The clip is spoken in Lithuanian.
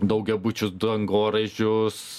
daugiabučių dangoraižius